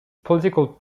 political